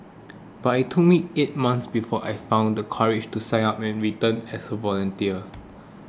but it took me eight months before I found the courage to sign up and return as a volunteer